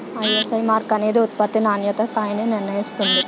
ISI mark అనేది ఉత్పత్తి నాణ్యతా స్థాయిని నిర్ణయిస్తుంది